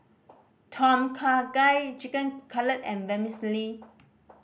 Tom Kha Gai Chicken Cutlet and Vermicelli